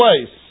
place